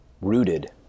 rooted